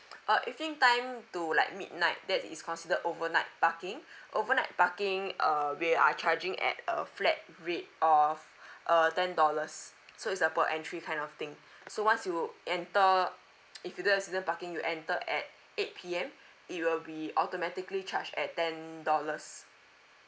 uh evening time to like midnight that is considered overnight parking overnight parking uh we are charging at a flat rate of uh ten dollars so it's a per entry kind of thing so once you enter if you don't have season parking you enter at eight P_M it will be automatically charged at ten dollars